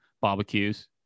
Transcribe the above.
barbecues